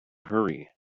hurry